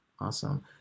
Awesome